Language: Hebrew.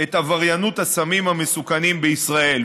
את עבריינות הסמים המסוכנים בישראל,